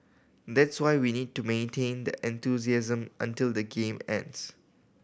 that's why we need to maintain that enthusiasm until the game ends